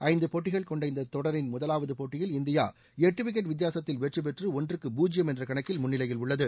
ஐந்து போட்டிகள் கொண்ட இந்த தொடரின் முதலாவது போட்டியில் இந்தியா எட்டு விக்கெட் வித்தியாசத்தில் வெற்றி பெற்று ஒன்றுக்கு பூஜ்யம் என்ற கணக்கில் முன்னிலையில் உள்ளது